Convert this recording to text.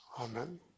Amen